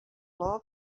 logo